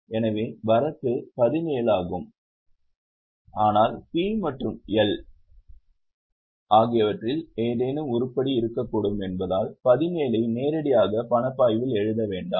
எனவே வரத்து 17 ஆகும் ஆனால் P மற்றும் L ஆகியவற்றில் ஏதேனும் உருப்படி இருக்கக்கூடும் என்பதால் 17 ஐ நேரடியாக பணப்பாய்வில் எழுத வேண்டாம்